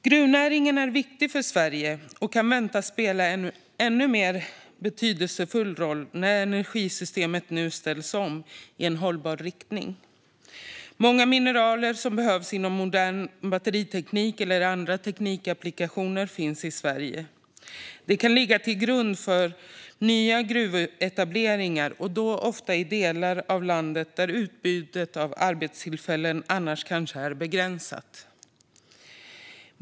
Gruvnäringen är viktig för Sverige och kan väntas spela en än mer betydelsefull roll när energisystemet nu ställs om i en hållbar riktning. Många mineraler som behövs inom modern batteriteknik eller andra teknikapplikationer finns i Sverige. De kan ligga till grund för nya gruvetableringar, ofta i delar av landet där utbudet av arbetstillfällen annars kanske är begränsat.